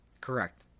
Correct